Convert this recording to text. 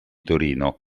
torino